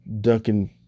Duncan